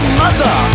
mother